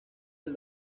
del